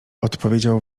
odpowiedział